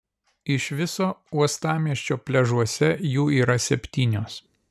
iš viso uostamiesčio pliažuose jų yra septynios